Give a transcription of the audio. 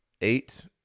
eight